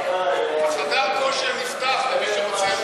למי שרוצה,